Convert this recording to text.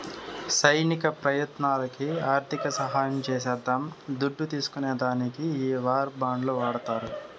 సైనిక ప్రయత్నాలకి ఆర్థిక సహాయం చేసేద్దాం దుడ్డు తీస్కునే దానికి ఈ వార్ బాండ్లు వాడతారు